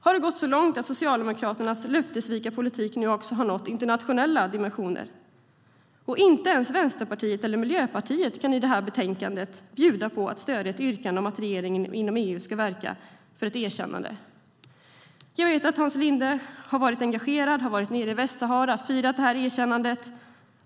Har det gått så långt att Socialdemokraternas löftessvikarpolitik nu också har nått internationella dimensioner? Inte ens Vänsterpartiet eller Miljöpartiet kan i betänkandet bjuda på att stödja ett yrkande om att regeringen inom EU ska verka för ett erkännande. Jag vet att Hans Linde har varit engagerad. Han har varit nere i Västsahara och firat erkännandet.